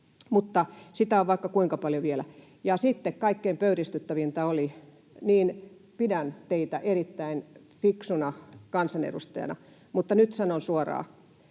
sitä on vaikka kuinka paljon vielä. Sitten kaikkein pöyristyttävintä oli... Niin, pidän teitä erittäin fiksuna kansanedustajana, mutta nyt sanon suoraan: